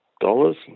dollars